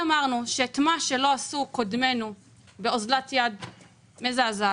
אם השביתה שלהן היא הדבר היחיד שיגרום למישהו לשבת איתן,